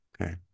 okay